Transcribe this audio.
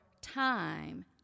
time